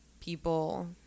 people